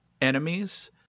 enemies